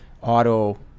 auto